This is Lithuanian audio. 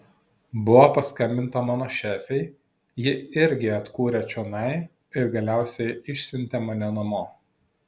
buvo paskambinta mano šefei ji irgi atkūrė čionai ir galiausiai išsiuntė mane namo